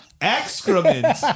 excrement